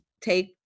take